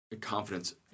confidence